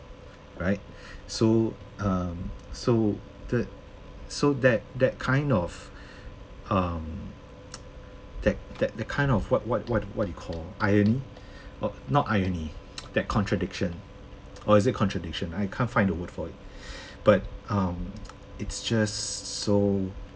right so um so so that that kind of um that that the kind of what what what what you call irony not irony that contradiction or is it contradiction I can't find the word for it but um it's just so